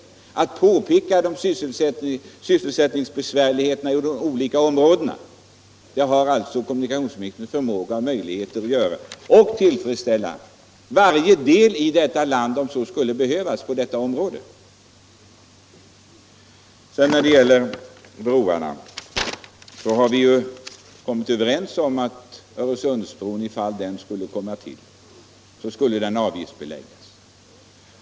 Han kan peka på sysselsättningsbesvärligheterna i de olika områdena. Det har alltså kommunikationsministern förmåga och möjligheter att göra, och han kan på det sättet tillfredsställa varje del av detta land, om så skulle behövas. När det gäller broarna har vi ju kommit överens om att Öresundsbron, ifall den kommer till stånd, skulle avgiftsbeläggas.